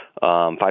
five